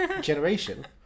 generation